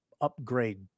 upgrade